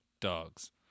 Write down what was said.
Dogs